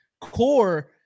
core